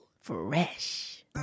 Fresh